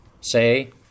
say